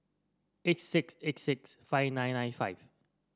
eight six eight six five nine nine five